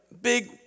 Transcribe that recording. big